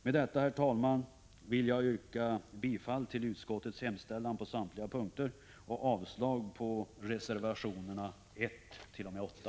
Med detta, herr talman, vill jag yrka bifall till utskottets hemställan på samtliga punkter och avslag på reservationerna 1-8.